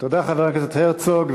תודה, חבר הכנסת הרצוג.